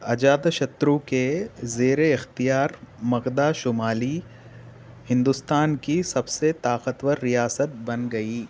اجاتا شترو کے زیر اختیار مکدہ شمالی ہندوستان کی سب سے طاقتور ریاست بن گئی